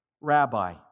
Rabbi